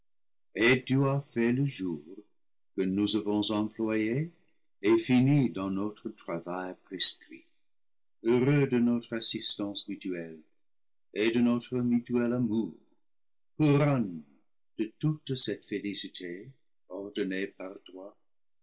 et tu as fait le jour que nous avons employé et fini dans notre travail prescrit heureux de notre assistance mutuelle et de notre mutuel amour couronne de toute cette félicité ordonnée par toi